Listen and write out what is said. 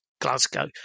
Glasgow